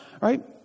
right